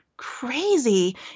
crazy